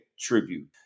tribute